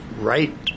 right